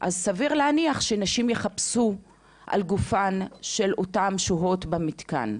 אז סביר להניח שנשים יחפשו על גופן של אותן שוהות במתקן.